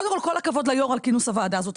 קודם כל כל הכבוד על כינוס הוועדה הזאת.